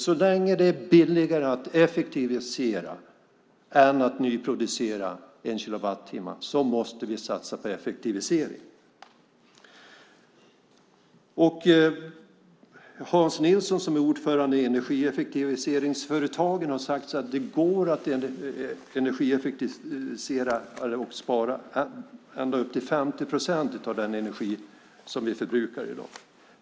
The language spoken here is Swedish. Så länge det är billigare att effektivisera än att nyproducera en kilowatttimme måste vi satsa på effektivisering. Hans Nilsson som är ordförande i Energieffektiviseringsföretagen har sagt att det går att spara ända upp till 50 procent av den energi som vi förbrukar i dag.